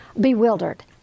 bewildered